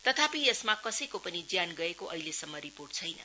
तथापि यसमा कसैको पनि ज्यान गएको अहिलेसम्म रिपोर्ट छैन